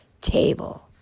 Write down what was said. table